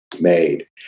made